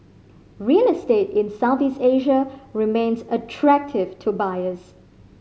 real estate in Southeast Asia remains attractive to buyers